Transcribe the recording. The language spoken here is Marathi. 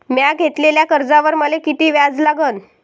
म्या घेतलेल्या कर्जावर मले किती व्याज लागन?